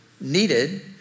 needed